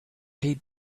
heed